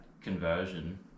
conversion